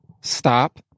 stop